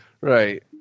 Right